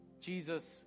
Jesus